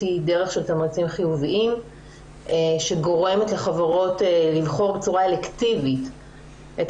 היא דרך של תמריצים חיוביים שגורמת לחברות לבחור בצורה אלקטיבית את